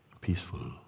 peaceful